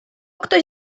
ktoś